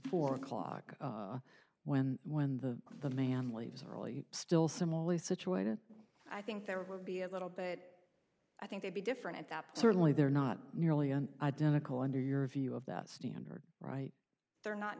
four o'clock when when the man leaves early still similarly situated i think there would be a little bit i think they'd be different and certainly they're not nearly an identical under your view of the standard right they're not